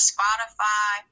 Spotify